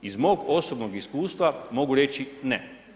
Iz mog osobnog iskustva mogu reći ne.